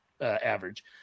average